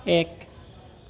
এক